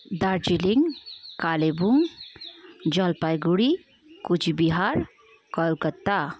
Darjeeling Kalimpong Jalpaiguri Cooch Behar Calcutta